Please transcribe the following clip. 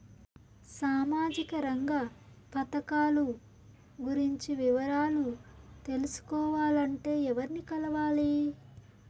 సామాజిక రంగ పథకాలు గురించి వివరాలు తెలుసుకోవాలంటే ఎవర్ని కలవాలి?